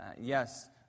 yes